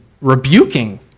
rebuking